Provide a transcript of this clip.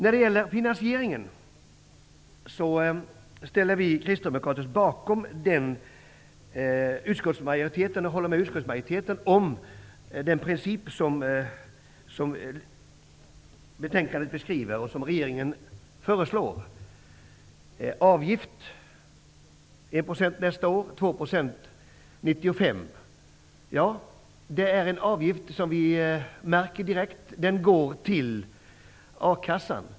När det gäller finansieringen håller vi kristdemokrater med utskottsmajoriteten om den princip som regeringen föreslår och som beskrivs i betänkandet: 1 % avgift nästa år, 2 % 1995. Det är en avgift som vi märker direkt, den går till a-kassan.